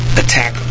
attack